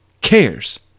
cares